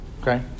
okay